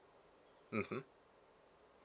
mmhmm